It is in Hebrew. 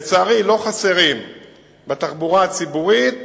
לצערי, לא חסרים בתחבורה הציבורית